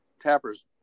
Tapper's